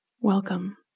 Welcome